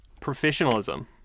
professionalism